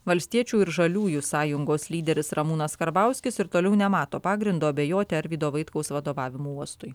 valstiečių ir žaliųjų sąjungos lyderis ramūnas karbauskis ir toliau nemato pagrindo abejoti arvydo vaitkaus vadovavimo uostui